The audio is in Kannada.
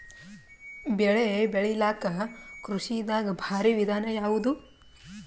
ಬೆಳೆ ಬೆಳಿಲಾಕ ಕೃಷಿ ದಾಗ ಭಾರಿ ವಿಧಾನ ಯಾವುದು?